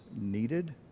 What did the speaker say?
needed